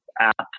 app